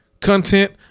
content